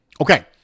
Okay